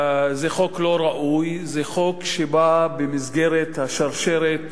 זה חוק לא ראוי, זה חוק שבא במסגרת השרשרת